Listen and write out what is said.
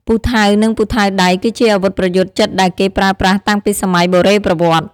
ពូថៅ និងពូថៅដៃ គឺជាអាវុធប្រយុទ្ធជិតដែលគេប្រើប្រាស់តាំងពីសម័យបុរេប្រវត្តិ។